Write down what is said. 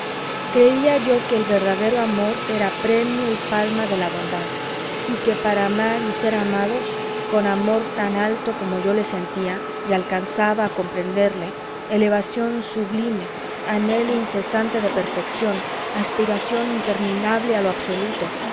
creía yo que el verdadero amor era premio y palma de la bondad y que para amar y ser amados con amor tan alto como yo le sentía y alcanzaba a comprenderle elevación sublime anhelo incesante de perfección aspiración interminable a lo absoluto